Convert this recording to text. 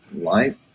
light